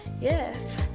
Yes